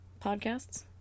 Podcasts